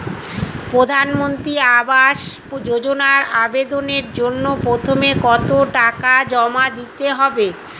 প্রধানমন্ত্রী আবাস যোজনায় আবেদনের জন্য প্রথমে কত টাকা জমা দিতে হবে?